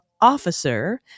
officer